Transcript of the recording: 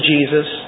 Jesus